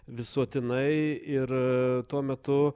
visuotinai ir tuo metu